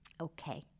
Okay